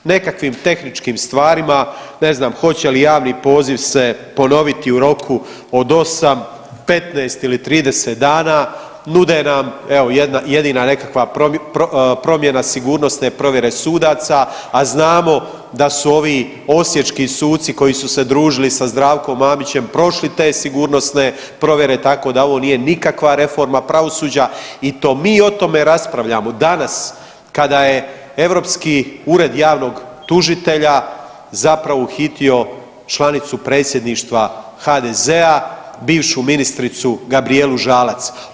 Nekakvim tehničkim stvarima ne znam hoće li javni poziv se ponoviti u roku od 8, 15 ili 30 dana nude nam evo jedina nekakva promjena sigurnosne provjere sudaca, a znamo da su ovi osječki suci koji su se družili sa Zdravkom Mamićem prošli te sigurnosne provjere tako da ovo nije nikakva reforma pravosuđa i to mi o tome raspravljamo danas kada je Europski ured javnog tužitelja zapravo uhitio članicu Predsjedništva HDZ-a, bivšu ministricu Gabrijelu Žalac.